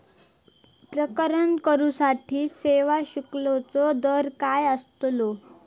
प्रकरण करूसाठी सेवा शुल्काचो दर काय अस्तलो?